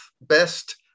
best